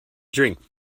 drink